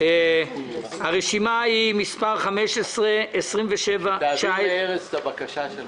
מדובר על רשימה מספר 15-27-19. תעביר לארז אורעד את הבקשה שלך.